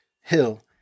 Hill